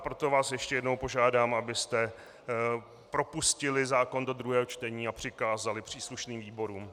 Proto vás ještě jednou požádám, abyste propustili zákon do druhého čtení a přikázali příslušným výborům.